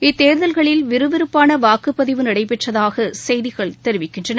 இத்தேர்தல்களில் விறுவிறுப்பான வாக்குப்பதிவு நடைபெற்றதாக செய்திகள் தெரிவிக்கின்றன